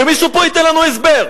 שמישהו פה ייתן לנו הסבר.